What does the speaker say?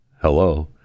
Hello